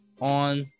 On